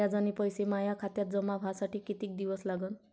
व्याजाचे पैसे माया खात्यात जमा व्हासाठी कितीक दिवस लागन?